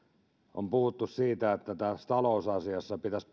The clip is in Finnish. on puhuttu siitä että tämä talousasia pitäisi